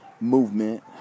movement